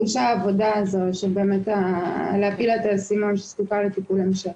דרושה העבודה הזאת שבאמת להפיל לה את האסימון שהיא זקוקה לטיפול המשך.